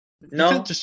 no